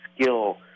skill